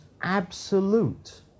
absolute